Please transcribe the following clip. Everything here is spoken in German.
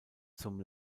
zum